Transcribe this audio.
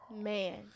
man